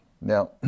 Now